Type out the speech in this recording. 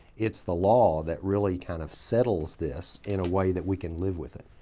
it's the law that really kind of settles this in a way that we can live with it.